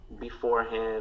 beforehand